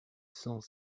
cent